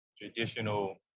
traditional